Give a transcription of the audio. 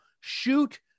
Shoot